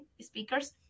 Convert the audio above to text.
speakers